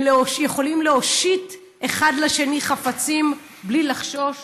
הם יכולים להושיט אחד לשני חפצים בלי לחשוש,